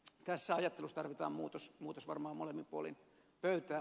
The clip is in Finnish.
tässä ajattelussa tarvitaan muutos varmaan molemmin puolin pöytää